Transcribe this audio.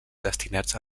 destinats